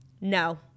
No